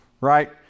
right